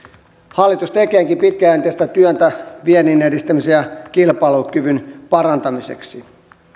hallitus tekeekin pitkäjänteistä työtä viennin edistämisen ja kilpailukyvyn parantamiseksi